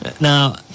Now